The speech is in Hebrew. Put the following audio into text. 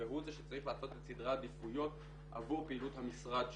והוא זה שצריך לעשות את סדרי העדיפויות עבור פעילות המשרד שלו.